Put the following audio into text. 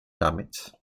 damit